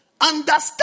Understand